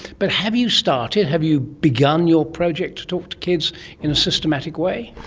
but have you started, have you begun your project to talk to kids in a systematic way?